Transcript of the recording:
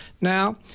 now